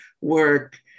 work